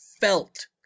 felt